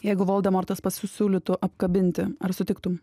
jeigu voldemortas pasisiūlytų apkabinti ar sutiktum